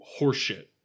horseshit